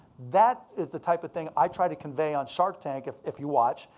that is the type of thing i try to convey on shark tank. if if you watch,